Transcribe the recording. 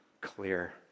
clear